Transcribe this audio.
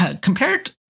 compared